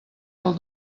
del